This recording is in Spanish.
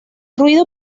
ruido